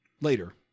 later